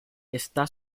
está